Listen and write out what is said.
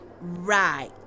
right